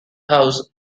house